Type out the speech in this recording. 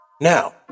Now